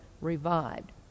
revived